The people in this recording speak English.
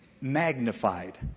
magnified